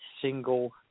single